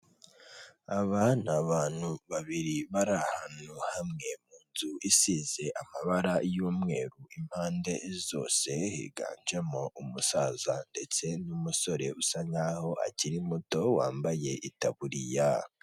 Aba ni abantu babiri bari ahantu hamwe, mu nzu isize amabara y'umweru impande zose. Higanjemo umusaza ndetse n'umusore usa nkaho akiri muto wambaye itaburiya.